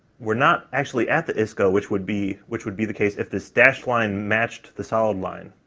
we're not actually at the isco, which would be, which would be the case if this dashed line matched the solid line.